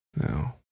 No